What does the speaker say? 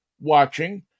watching